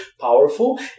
powerful